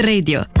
Radio